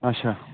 اچھا